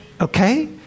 okay